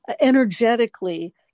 energetically